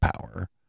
power